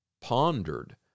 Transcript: pondered